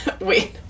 Wait